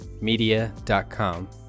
media.com